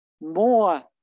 more